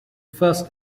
first